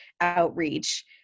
outreach